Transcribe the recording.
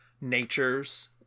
natures